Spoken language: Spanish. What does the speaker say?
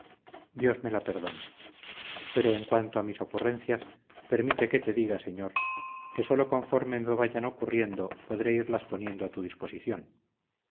dios me la perdone pero en cuanto a mis ocurrencias permite que te diga señor que sólo conforme me vayan ocurriendo podré irlas poniendo a tu disposición